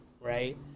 Right